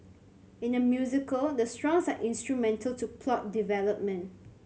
in a musical the are instrumental to plot development